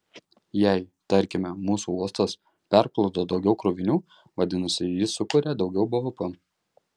jei tarkime mūsų uostas perplukdo daugiau krovinių vadinasi jis sukuria daugiau bvp